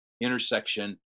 intersection